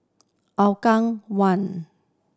Hougang One